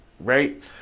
right